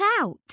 out